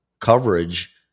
coverage